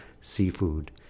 seafood